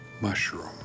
mushroom